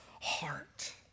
heart